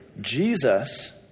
Jesus